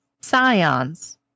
Scions